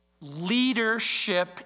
leadership